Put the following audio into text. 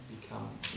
become